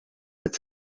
its